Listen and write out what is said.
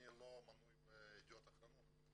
אני לא מנוי על ידיעות אחרונות,